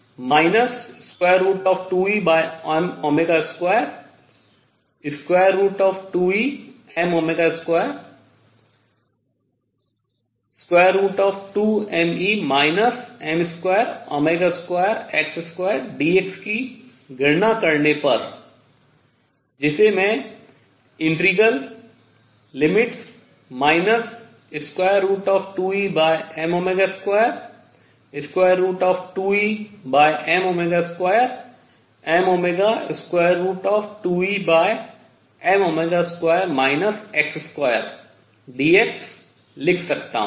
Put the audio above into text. तो AApdx 2Em22Em22mE m22x2 dx की गणना करने पर जिसे मैं 2Em22Em2mω2Em2 x2dx लिख सकता हूँ